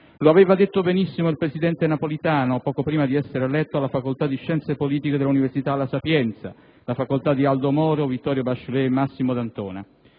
Lo aveva detto benissimo il presidente Napolitano, poco prima di essere eletto, alla facoltà di Scienze politiche dell'università "La Sapienza", la facoltà di Aldo Moro, Vittorio Bachelet e Massimo D'Antona: